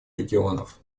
регионов